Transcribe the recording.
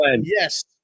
Yes